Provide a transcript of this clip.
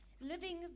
living